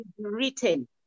written